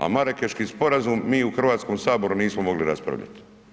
A Marakeški sporazum mi u Hrvatskom saboru nismo mogli raspravljati.